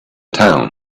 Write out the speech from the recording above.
town